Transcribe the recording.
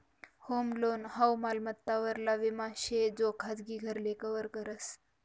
home loan हाऊ मालमत्ता वरला विमा शे जो खाजगी घरले कव्हर करस